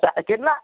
ત્યાં કેટલા